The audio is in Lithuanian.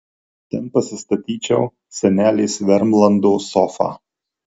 ten pasistatyčiau senelės vermlando sofą